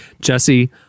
Jesse